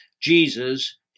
Jesus